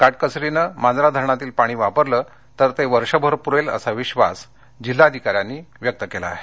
काटकसरीने हे मांजरा धरणातील पाणी वापरलं तर वर्षभर पुरेल असा विश्वास जिल्हाधिकाऱ्यांनी व्यक्त केला आहे